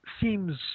seems